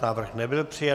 Návrh nebyl přijat.